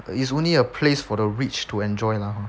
it's only a place for the rich to enjoy lah hor